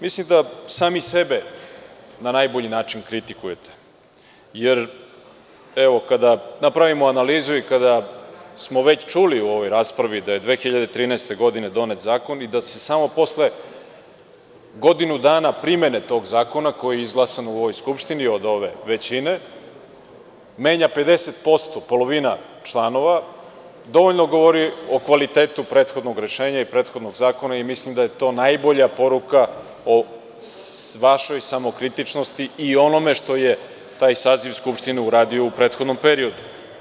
Mislim da sami sebe na najbolji način kritikujete, jer, evo kada, napravimo analizu i kada smo već čuli u ovoj raspravi da je 2013. godine donet zakon i da se samo posle godinu dana primene tog zakona, koji je izglasan u ovoj Skupštini od ove većine, menja 50%, polovina članova, dovoljno govori o kvalitetu prethodnog rešenja i prethodnog zakona i mislim da je to najbolja poruka o vašoj samokritičnosti i onome što je taj saziv Skupštine uradio u prethodnom periodu.